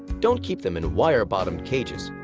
don't keep them in wire-bottomed cages.